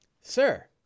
Sir